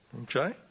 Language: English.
Okay